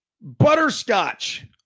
Butterscotch